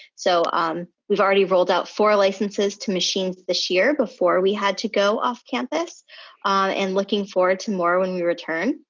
so um we've already rolled out four licenses to machines this year before we had to go off campus and looking forward to more when we return.